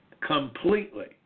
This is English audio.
completely